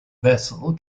vessel